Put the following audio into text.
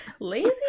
lazy